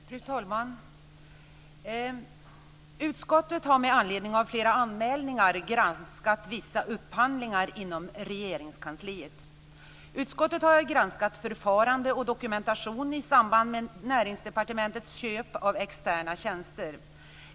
Fru talman! Utskottet har med anledning av flera anmälningar granskat vissa upphandlingar inom Regeringskansliet. Utskottet har granskat förfarande och dokumentation i samband med Näringsdepartementets köp av externa tjänster.